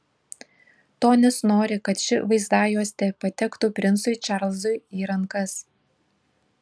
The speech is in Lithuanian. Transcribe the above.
tonis nori kad ši vaizdajuostė patektų princui čarlzui į rankas